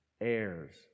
heirs